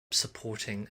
supporting